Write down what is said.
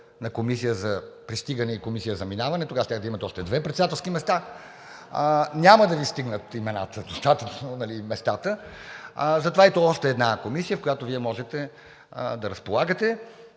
на „Комисия за пристигане“ и „Комисия за заминаване“, тогава щяхте да имате още две председателски места. Няма да Ви стигнат местата достатъчно. Затова, ето, още една комисия, с която Вие можете да разполагате.